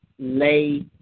lay